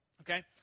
okay